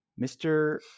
mr